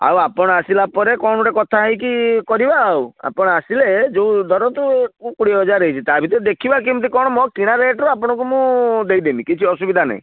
ଆଉ ଆପଣ ଆସିଲାପରେ କ'ଣ ଗୋଟେ କଥା ହେଇକି କରିବା ଆଉ ଆପଣ ଆସିଲେ ଯେଉଁ ଧରନ୍ତୁ କୋଡ଼ିଏ ହଜାର ହେଇଛି ତା ଭିତରୁ ଦେଖିବା କେମିତି କ'ଣ ମୋ କିଣା ରେଟ୍ରୁ ଆପଣଙ୍କୁ ମୁଁ ଦେଇଦେବି କିଛି ଅସୁବିଧା ନାହିଁ